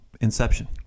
Inception